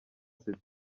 sita